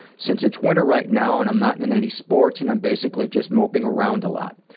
since it's winter right now and i'm not in any sports and i'm basically just moping around a lot.